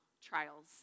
trials